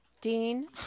dean